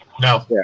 no